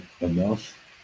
enough